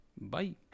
bye